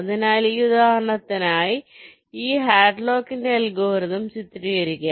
അതിനാൽ ഈ ഉദാഹരണത്തിനായി ഈ ഹാഡ്ലോകിന്റെ അൽഗോരിതംHadlock's algorithm ചിത്രീകരിക്കുക